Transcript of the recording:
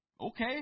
Okay